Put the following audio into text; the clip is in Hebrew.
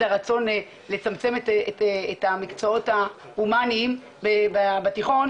הרצון לצמצם את המקצועות ההומאניים בתיכון,